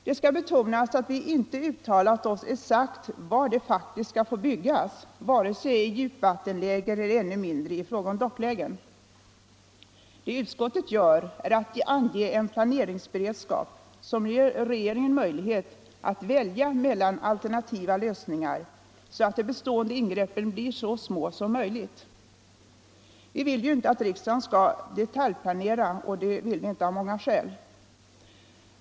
Det skall betonas att vi inte uttalat oss om exakt var de faktiskt skall få byggas, vare sig i fråga om djupvattenläge eller ännu mindre i fråga om docklägen. Det utskottet gör är att ange en planeringsberedskap, som ger regeringen möjlighet att välja mellan alternativa lösningar, så att de bestående ingreppen blir så små som möjligt. Vi vill inte — och det av många skäl — att riksdagen skall detaljplanera.